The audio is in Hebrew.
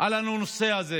על הנושא הזה